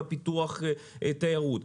בפיתוח תיירות,